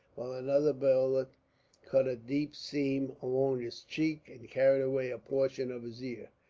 another bullet cut a deep seam along his cheek, and carried away a portion of his ear.